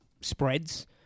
spreads